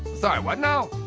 sorry, what now?